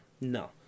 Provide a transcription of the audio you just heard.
No